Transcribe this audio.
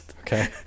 okay